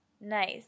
Nice